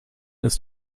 ist